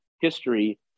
history